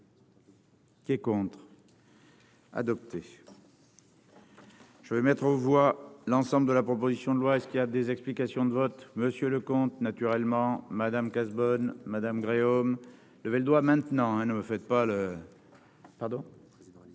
Qui est contre, adopté. Je vais mettre aux voix l'ensemble de la proposition de loi est ce qu'il y a des explications de vote monsieur Leconte naturellement Madame Cazebonne madame Gréaume le elle doit maintenant hein, ne me faites pas le. Pardon,